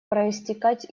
проистекать